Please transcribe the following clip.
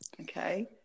okay